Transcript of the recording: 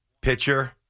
pitcher